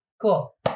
Cool